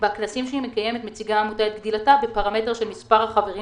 בכנסים שהיא מקיימת מציגה העמותה את גדילתה בפרמטר של מספר החברים